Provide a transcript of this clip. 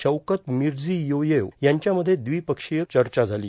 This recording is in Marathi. शवकत मिरझीयोयेव यांच्या मध्ये द्वि पक्षीय चर्चा झाली